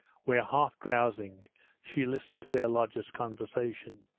where half drowsing she listened to their lodger's conversation.